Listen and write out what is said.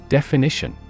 Definition